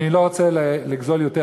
אני לא רוצה לגזול עוד זמן,